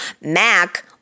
Mac